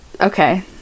okay